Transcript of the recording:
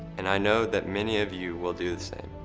and i know that many of you will do the same.